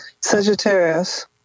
Sagittarius